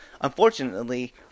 unfortunately